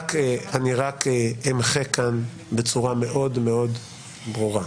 אמחה כאן בצורה מאוד מאוד ברורה.